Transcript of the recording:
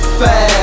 fast